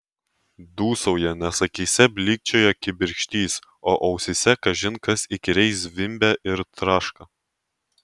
dūsauja nes akyse blykčioja kibirkštys o ausyse kažin kas įkyriai zvimbia ir traška